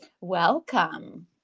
Welcome